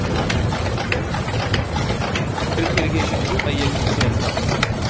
Drip irrigation కూ అయ్యే ఖర్చు ఎంత?